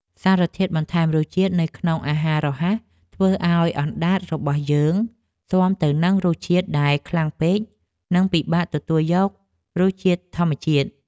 សារធាតុបន្ថែមរសជាតិនៅក្នុងអាហាររហ័សធ្វើឲ្យអណ្តាតរបស់យើងស៊ាំទៅនឹងរសជាតិដែលខ្លាំងពេក និងពិបាកទទួលយករសជាតិធម្មជាតិ។